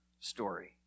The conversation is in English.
story